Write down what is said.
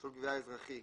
"מסלול גבייה אזרחי"